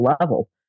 level